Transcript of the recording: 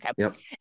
Okay